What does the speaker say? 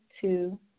two